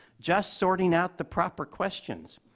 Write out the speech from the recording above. just sorting out the proper questions,